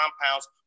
compounds